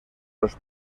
los